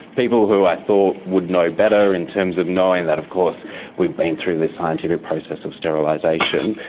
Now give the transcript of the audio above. people who i thought would know better, in terms of knowing that of course we'd been through the scientific process of sterilisation,